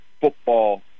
football